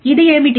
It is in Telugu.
ఇది ఏమిటి